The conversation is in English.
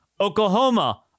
Oklahoma